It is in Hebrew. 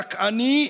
דכאני,